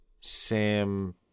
Sam